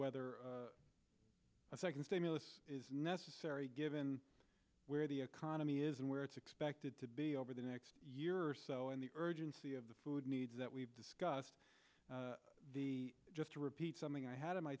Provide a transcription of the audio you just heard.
whether a second stimulus is necessary given where the economy is and where it's expected to be over the next year or so and the urgency of the food needs that we've discussed just to repeat something i had in my